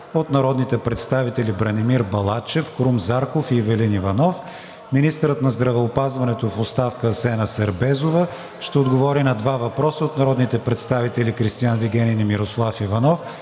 от народните представители Бранимир Балачев, Крум Зарков, и Ивелин Иванов. 4. Министърът на здравеопазването в оставка Асена Сербезова ще отговори на два въпроса от народните представители Кристиан Вигенин и Мирослав Иванов,